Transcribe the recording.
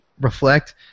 reflect